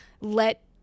let